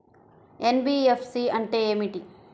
NBFC అంటే ఏమిటి?